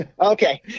okay